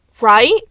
Right